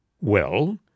Well